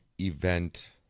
event